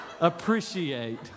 appreciate